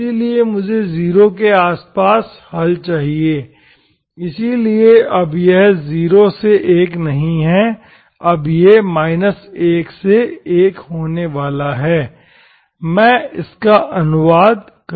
इसलिए मुझे 0 के आसपास हल चाहिए इसलिए अब यह 0 से 1 नहीं है अब यह 1 से 1 होने वाला है मैं इसका अनुवाद करता हूं